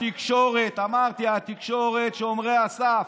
התקשורת, אמרתי, התקשורת, שומרי הסף.